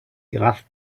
graf